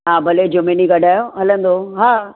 हा भले जुमें ॾींहुं कढायो हलंदो हा